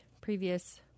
previous